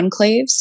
enclaves